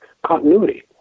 continuity